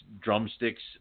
drumsticks